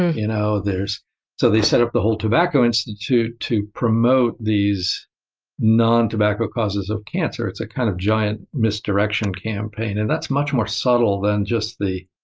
ah you know so, they set up the whole tobacco institute to promote these non-tobacco causes of cancer. it's a kind of giant misdirection campaign, and that's much more subtle than just the